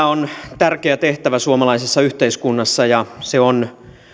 on tärkeä tehtävä suomalaisessa yhteiskunnassa ja se on